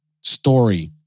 story